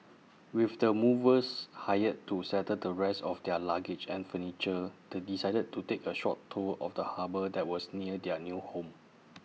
with the movers hired to settle the rest of their luggage and furniture they decided to take A short tour of the harbour that was near their new home